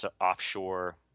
offshore